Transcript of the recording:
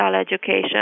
education